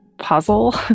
puzzle